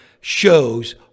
shows